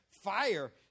fire